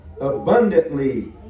abundantly